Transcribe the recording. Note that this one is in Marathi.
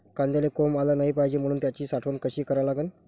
कांद्याले कोंब आलं नाई पायजे म्हनून त्याची साठवन कशी करा लागन?